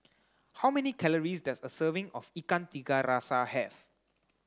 how many calories does a serving of Ikan Tiga Rasa have